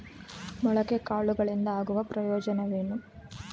ಮೊಳಕೆ ಕಾಳುಗಳಿಂದ ಆಗುವ ಪ್ರಯೋಜನವೇನು?